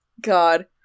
God